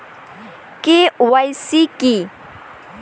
KYC কী?